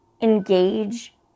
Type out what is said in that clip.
engage